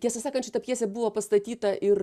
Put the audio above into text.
tiesą sakant šita pjesė buvo pastatyta ir